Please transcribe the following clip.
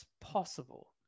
Possible